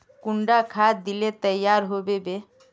कुंडा खाद दिले तैयार होबे बे?